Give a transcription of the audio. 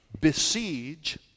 besiege